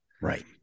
Right